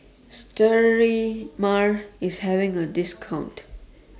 Sterimar IS having A discount